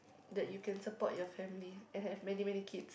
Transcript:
that you can support your family and have many many kids